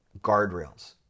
Guardrails